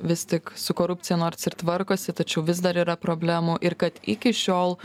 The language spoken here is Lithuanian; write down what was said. vis tik su korupcija nors ir tvarkosi tačiau vis dar yra problemų ir kad iki šiol